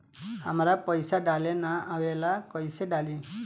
हमरा पईसा डाले ना आवेला कइसे डाली?